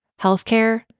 healthcare